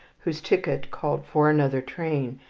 whose ticket called for another train,